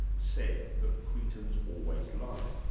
said that cretans always lie.